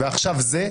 ועכשיו זה,